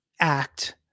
act